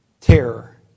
Terror